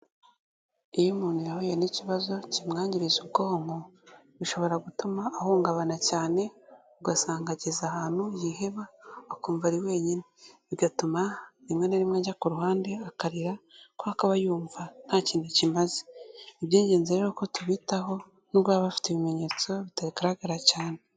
Iyo umuntu yahuye n'ikibazo kimwangiriza ubwonko, bishobora gutuma ahungabana cyane, ugasanga ageze ahantu yiheba, akumva ari wenyine. Bigatuma rimwe na rimwe ajya ku ruhande akarira kubera ko aba yumva nta kintu akimaze, ni iby'ingenzi rero ko tubitaho n'ubwo baba afite ibimenyetso bitagaragara cyane.